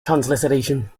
transliteration